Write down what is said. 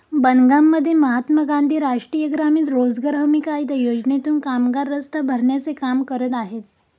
बनगावमध्ये महात्मा गांधी राष्ट्रीय ग्रामीण रोजगार हमी कायदा योजनेतून कामगार रस्ता भरण्याचे काम करत आहेत